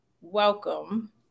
welcome